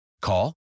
Call